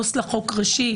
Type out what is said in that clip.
עו"ס לחוק ראשי,